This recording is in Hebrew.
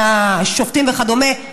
שופטים וכדומה,